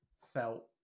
felt